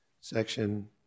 Section